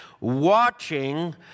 watching